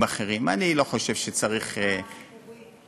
אני לא חושב שצריך, מחאה ציבורית.